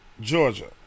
Georgia